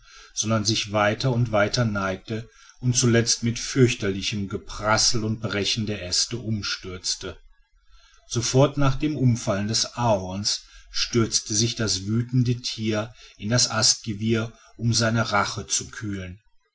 sondern sich weiter und weiter neigte und zuletzt mit fürchterlichem geprassel und brechen der äste umstürzte sofort nach dem umfallen des ahorns stürzte sich das wütende tier in das astgewirr um seine rache zu kühlen